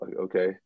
okay